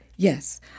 Yes